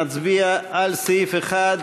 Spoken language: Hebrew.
אנחנו נצביע על סעיף 1,